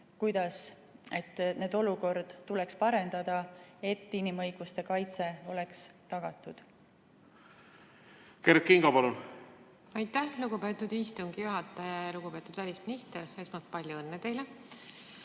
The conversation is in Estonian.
kuidas seda olukorda parendada, et inimõiguste kaitse oleks tagatud.